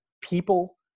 people